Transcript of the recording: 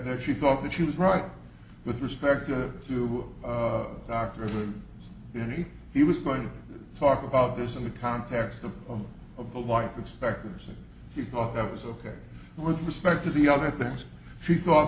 that she thought that she was right with respect to doctors and he he was going to talk about this in the context of the life expectancy he thought that was ok with respect to the other things she thought